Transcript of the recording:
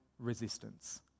resistance